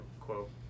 quote